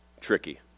tricky